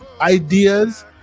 ideas-